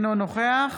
אינו נוכח